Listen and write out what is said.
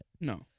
no